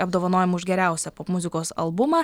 apdovanojimą už geriausią popmuzikos albumą